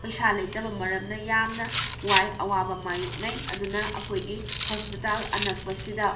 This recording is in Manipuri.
ꯄꯩꯁꯥ ꯂꯩꯇꯕ ꯃꯔꯝꯅ ꯌꯥꯝꯅ ꯋꯥꯏ ꯑꯋꯥꯕ ꯃꯌꯣꯛꯅꯩ ꯑꯗꯨꯅ ꯑꯩꯈꯣꯏꯒꯤ ꯍꯣꯁꯄꯤꯇꯥꯜ ꯑꯅꯛꯄ ꯁꯤꯗ